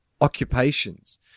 occupations